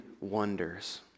wonders